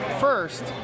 first